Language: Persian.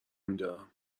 میدارم